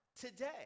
Today